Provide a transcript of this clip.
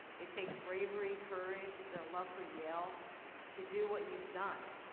it takes bravery, courage, their love for yale to do what you've done,